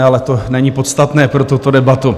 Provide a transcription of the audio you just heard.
Ale to není podstatné pro tuto debatu.